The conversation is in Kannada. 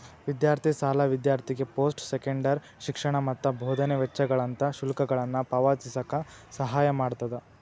ವಿದ್ಯಾರ್ಥಿ ಸಾಲ ವಿದ್ಯಾರ್ಥಿಗೆ ಪೋಸ್ಟ್ ಸೆಕೆಂಡರಿ ಶಿಕ್ಷಣ ಮತ್ತ ಬೋಧನೆ ವೆಚ್ಚಗಳಂತ ಶುಲ್ಕಗಳನ್ನ ಪಾವತಿಸಕ ಸಹಾಯ ಮಾಡ್ತದ